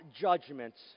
judgments